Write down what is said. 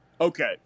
okay